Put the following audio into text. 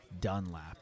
Dunlap